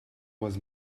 was